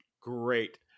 Great